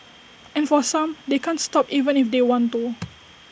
and for some they can't stop even if they want to